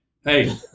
hey